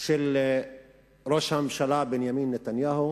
של ראש הממשלה בנימין נתניהו,